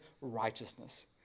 righteousness